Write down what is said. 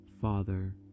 father